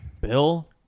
Bill